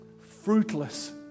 fruitless